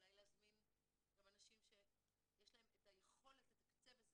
אולי להזמין גם אנשים שיש להם את היכולת לתקצב את זה,